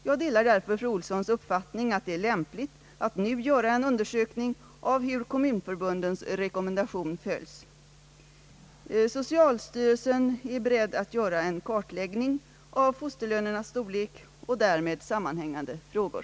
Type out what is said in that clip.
Jag delar därför fru Ohlssons uppfattning att det är lämpligt att nu göra en undersökning av hur kommunförbundens rekommendation följts. Socialstyrelsen är beredd att göra en kartläggning av fosterlönernas storlek och därmed sammanhängande frågor.